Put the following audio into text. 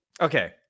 Okay